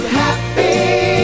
happy